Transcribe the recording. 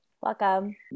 Welcome